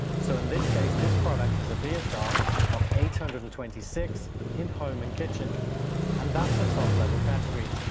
so in this case, this product has a bsr of eight hundred and twenty six in home and kitchen and that's a top level category.